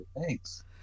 Thanks